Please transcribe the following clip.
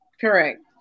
Correct